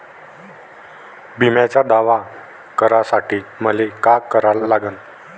बिम्याचा दावा करा साठी मले का करा लागन?